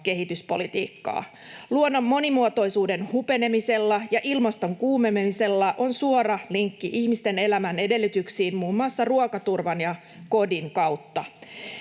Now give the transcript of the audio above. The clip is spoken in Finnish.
kehityspolitiikkaa. Luonnon monimuotoisuuden hupenemisella ja ilmaston kuumenemisella on suora linkki ihmisten elämän edellytyksiin muun muassa ruokaturvan ja kodin kautta.